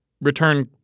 return